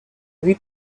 huit